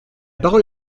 parole